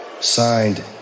Signed